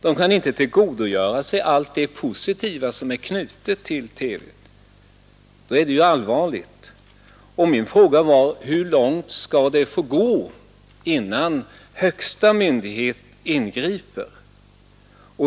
Därmed kan de inte heller tillgodogöra sig allt det positiva i samband med TV. Och det är en mycket allvarlig utveckling. Min fråga var: Hur långt skall det gå innan den högsta myndigheten ingriper?